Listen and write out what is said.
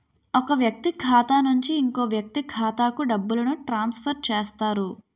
ఒక వ్యక్తి ఖాతా నుంచి ఇంకో వ్యక్తి ఖాతాకు డబ్బులను ట్రాన్స్ఫర్ చేస్తారు